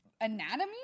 anatomy